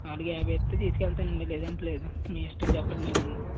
నాలుగు యాభై ఇస్తే తీసుకు వెళ్తాను అండి లేదంటే లేదు మీ ఇష్టం చెప్పండి నేను ఇంక